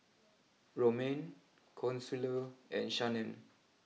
Romaine Consuelo and Shannen